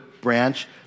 branch